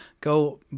Go